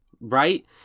Right